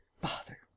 Bother